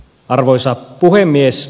arvoisa puhemies